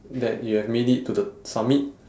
that you have made it to the summit